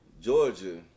Georgia